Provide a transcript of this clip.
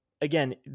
again